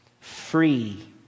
Free